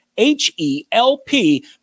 H-E-L-P